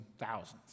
thousands